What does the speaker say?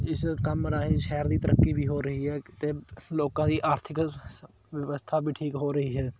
ਇਸ ਕੰਮ ਰਾਹੀਂ ਸ਼ਹਿਰ ਦੀ ਤਰੱਕੀ ਵੀ ਹੋ ਰਹੀ ਹੈ ਅਤੇ ਲੋਕਾਂ ਦੀ ਆਰਥਿਕ ਵਿਵਸਥਾ ਵੀ ਠੀਕ ਹੋ ਰਹੀ ਹੈ